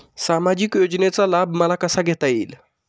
सामाजिक योजनेचा लाभ मला कसा घेता येईल?